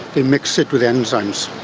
they mix it with enzymes.